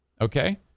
Okay